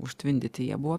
užtvindyti jie buvo